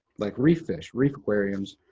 like reef fish, reef aquariums.